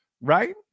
right